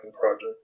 Project